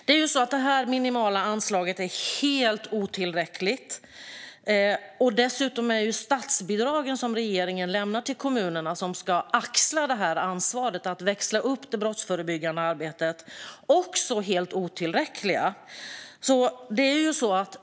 Det här minimala anslaget är helt otillräckligt. Statsbidragen som regeringen lämnar till kommunerna, som ska axla ansvaret att växla upp det brottsförebyggande arbetet, är också helt otillräckliga.